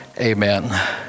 Amen